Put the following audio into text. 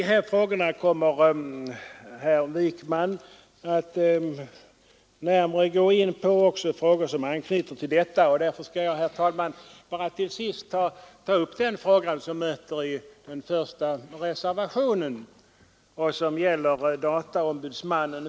Dessa frågor och en del problem i anslutning härtill kommer herr Wijkman att gå närmare in på, och därför skall jag, herr talman, till sist bara ta upp den fråga som berörs i reservationen 1, nämligen frågan om dataombudsmannen.